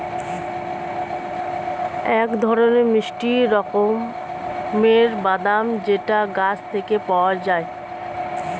এক ধরনের মিষ্টি রকমের বাদাম যেটা গাছ থেকে পাওয়া যায়